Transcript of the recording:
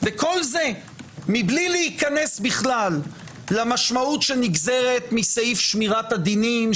וכל זה מבלי להיכנס בכלל למשמעות שנגזרת מסעיף שמירת הדינים,